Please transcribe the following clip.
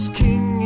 king